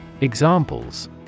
Examples